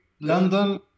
London